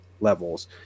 levels